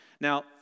Now